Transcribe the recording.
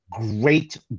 Great